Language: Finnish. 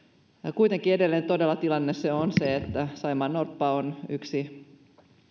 kuitenkin edelleen todella tilanne on se että saimaannorppa on yksi